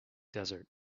desert